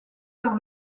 vers